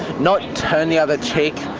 not turn the other cheek,